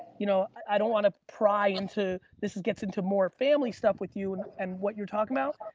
you know i don't want to pry into, this gets into more family stuff with you and what you're talking about,